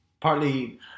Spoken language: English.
Partly